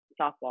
softball